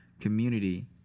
community